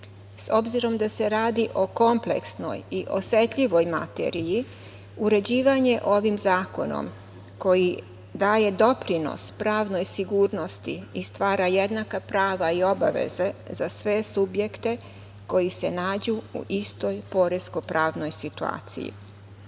S obzirom da se radi o kompleksnoj i osetljivoj materiji, uređivanje ovim zakonom koji daje doprinos pravnoj sigurnosti i stvara jednaka prava i obaveze za sve subjekte koji se nađu u istoj poresko-pravnoj situaciji. Naša